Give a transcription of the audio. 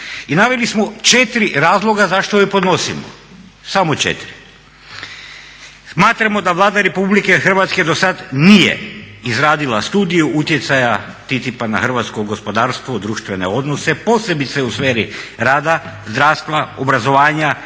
I naveli smo četiri razloga zašto je podnosimo, samo četiri. Smatramo da Vlada RH do sad nije izradila studiju utjecaja TTIP-a na hrvatsko gospodarstvo, društvene odnose posebice u sferi rada zdravstva, obrazovanja